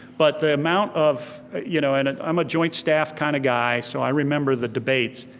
but the amount of, you know and i'm a joint staff kinda guy, so i remember the debates,